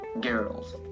girls